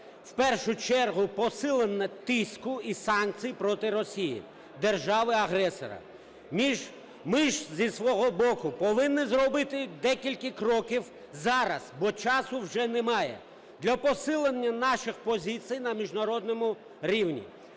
в першу чергу посилення тиску і санкцій проти Росії – держави-агресора. Ми ж зі свого боку повинні зробити декілька кроків зараз, бо часу вже немає, для посилення наших позицій на міжнародному рівні